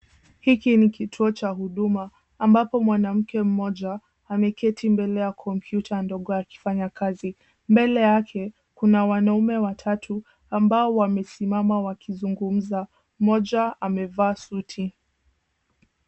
Hiki ni kituo cha huduma ambapo mwanamke mmoja ameketi mbele ya kompyuta ndogo akifanya kazi. Mbele yake kuna wanaume watatu ambao wamesimama wakizungumza. Mmoja amevaa suti.